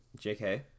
jk